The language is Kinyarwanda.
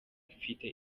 mfite